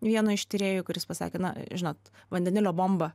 vieno iš tyrėjų kuris pasakė na žinot vandenilio bomba